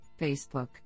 Facebook